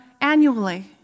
annually